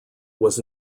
was